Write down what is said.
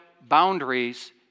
boundaries